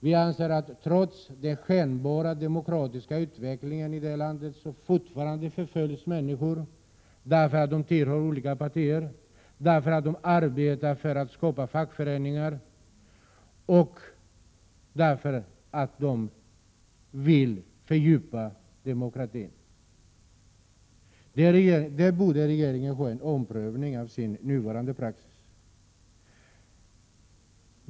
Vi anser att trots den skenbara demokratiska utvecklingen i detta land förföljs människor fortfarande därför att de tillhör vissa partier, arbetar för att skapa fackföreningar eller för att fördjupa demokratin. Regeringen borde ompröva nuvarande praxis.